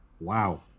Wow